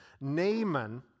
Naaman